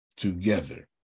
together